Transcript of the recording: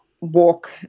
walk